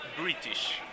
British